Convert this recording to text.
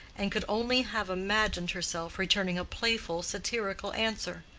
and could only have imagined herself returning a playful, satirical answer.